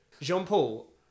Jean-Paul